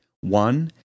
One